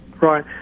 Right